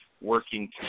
working